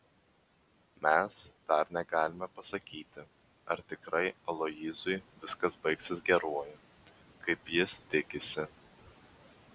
mes dar negalime pasakyti ar tikrai aloyzui viskas baigsis geruoju kaip jis tikisi